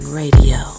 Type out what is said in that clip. radio